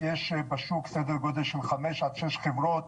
יש בשוק סדר גודל של חמש עד שש חברות,